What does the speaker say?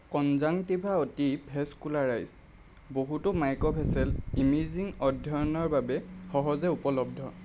conjunctiva অতি vascularized বহুতো microvessel imaging অধ্যয়নৰ বাবে সহজে উপলব্ধ